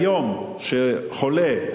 היום חולה,